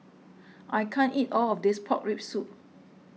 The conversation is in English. I can't eat all of this Pork Rib Soup